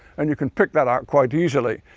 and you can pick that out quite easily.